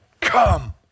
come